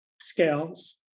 scales